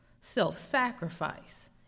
Self-sacrifice